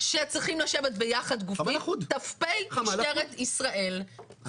שצריכים לשבת ביחד גופים ת"פ משטרת ישראל,